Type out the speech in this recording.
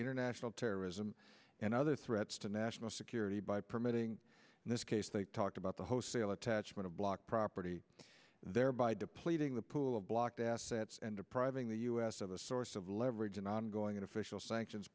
international terrorism and other threats to national security by permitting this case they talked about the host sale attachment to block property thereby depleting the pool of blocked assets and depriving the us of a source of leverage in ongoing official sanctions